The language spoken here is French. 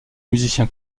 musicien